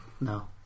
No